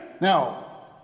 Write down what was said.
Now